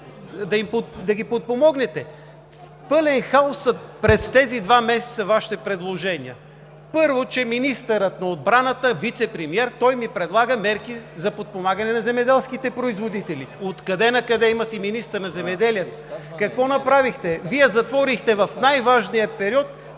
да ги подпомогнете. Пълен хаос през тези два месеца са Вашите предложения. Първо, че министърът на отбраната, вицепремиер, той ми предлага мерки за подпомагане на земеделските производители!? От къде накъде!? Има си министър на земеделието. Какво направихте? Вие затворихте в най-важния период